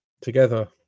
together